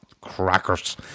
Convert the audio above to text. crackers